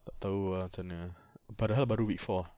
tak tahu ah macam mana padahal baru week four